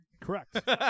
Correct